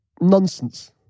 nonsense